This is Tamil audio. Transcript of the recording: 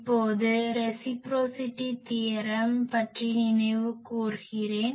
இப்போது ரெசிப்ரோசிட்டி தியரம் reciprocity theorem பரஸ்பர தேற்றம் பற்றி நினைவு கூர்கிறேன்